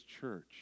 church